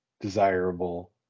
desirable